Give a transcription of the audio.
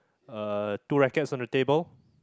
uh two rackets on the table